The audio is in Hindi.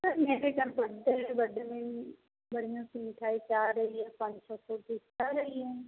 सर मेरे घर बड्डे है बड्डे में बढ़िया सी मिठाई चाह रही है पाँच छः सौ पीस चाह रही है